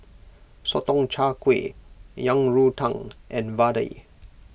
Sotong Char Kway Yang Rou Tang and Vadai